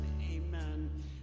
Amen